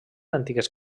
antigues